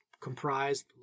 comprised